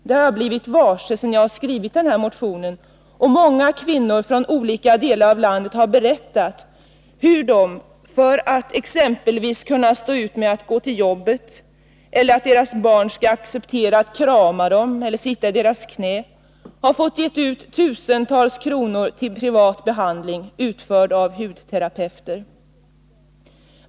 Det har jag blivit varse sedan jag skrivit den här motionen och många kvinnor från olika delar av landet berättat hur de, för att exempelvis kunna stå ut med att gå till jobbet, eller för att deras barn skall acceptera att krama dem eller sitta i deras knä, har fått ge ut tusentals kronor till privat behandling, utförd av hudterapeuter.